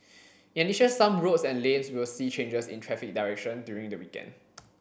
in addition some roads and lanes will see changes in traffic direction during the weekend